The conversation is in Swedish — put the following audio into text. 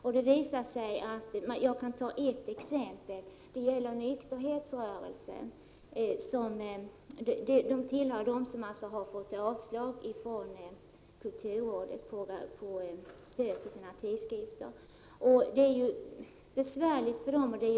Jag kan ge ett exempel: Nykterhetsrörelsen tillhör en av de organisationer som av kulturrådet har fått avslag på sin ansökan om stöd till sina tidskrifter. Det är en besvärlig situation för organisationen.